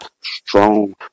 strong